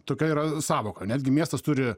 tokia yra sąvoka netgi miestas turi